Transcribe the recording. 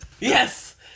Yes